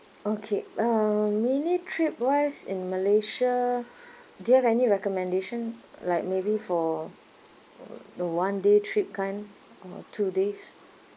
okay uh mini trip wise in malaysia do you have any recommendation like maybe for uh the one day trip kind or two days